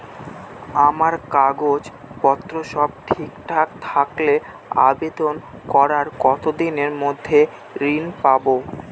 আমার কাগজ পত্র সব ঠিকঠাক থাকলে আবেদন করার কতদিনের মধ্যে ঋণ পাব?